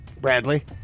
Bradley